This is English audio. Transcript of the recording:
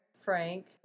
Frank